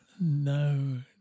No